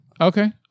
Okay